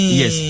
yes